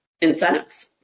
incentives